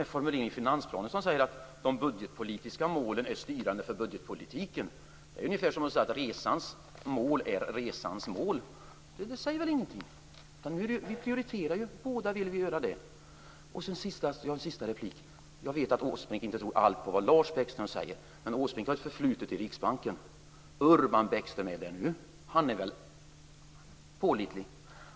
Formuleringen i finansplanen är ju att de budgetpolitiska målen är styrande för budgetpolitiken. Det är ungefär som att säga att resans mål är resans mål, och det säger väl ingenting. Vi prioriterar ju - vi vill båda göra det. En sista synpunkt: Jag vet att Åsbrink inte tror på allt vad Lars Bäckström säger. Men Åsbrink har ju ett förflutet i Riksbanken, där Urban Bäckström finns nu. Han är väl pålitlig?